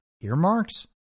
earmarks